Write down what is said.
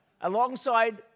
Alongside